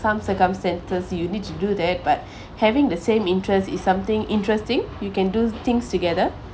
some circumstances you need to do that but having the same interest is something interesting you can do things together